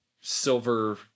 silver